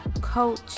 coach